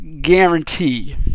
Guarantee